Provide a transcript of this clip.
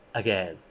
again